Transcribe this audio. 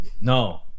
No